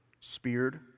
speared